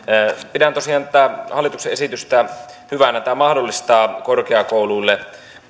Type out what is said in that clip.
pidän tosiaan tätä hallituksen esitystä hyvänä tämä mahdollistaa korkeakouluille